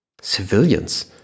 Civilians